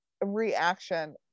reaction